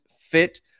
fit